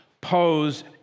pose